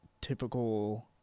typical